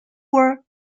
were